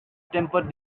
tempered